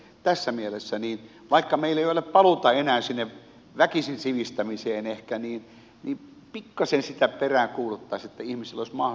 tässä mielessä vaikka meillä ei ole paluuta enää sinne väkisin sivistämiseen ehkä pikkasen sitä peräänkuuluttaisin että ihmisillä olisi mahdollisuus oppia